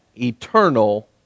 eternal